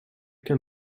can